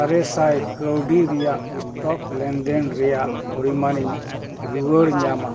ᱟᱨᱮ ᱥᱟᱭ ᱠᱟᱹᱣᱰᱤ ᱨᱮᱭᱟᱜ ᱥᱴᱚᱠ ᱞᱮᱱᱫᱮᱱ ᱨᱮᱭᱟᱜ ᱯᱚᱨᱤᱢᱟᱱᱤᱧ ᱨᱩᱣᱟᱹᱲ ᱧᱟᱢᱟ